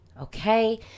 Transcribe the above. Okay